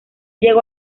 llegó